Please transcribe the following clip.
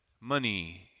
Money